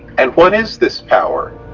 and what is this power?